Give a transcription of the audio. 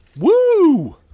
Woo